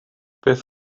beth